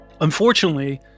Unfortunately